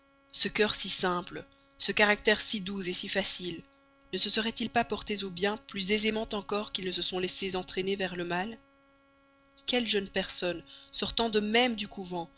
ce cœur si simple ce caractère si doux si facile ne se seraient-ils pas portés au bien plus aisément encore qu'ils ne se sont laissés entraîner vers le mal quelle autre jeune personne sortant de même du couvent